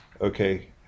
Okay